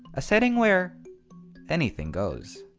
a setting where anything goes.